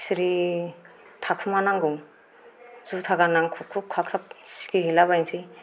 सिरि थाखोमानांगौ जुथा गान्नानै खख्र'ब खाख्राब गेलेला बायनोसै